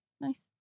Nice